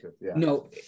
No